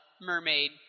mermaid